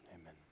amen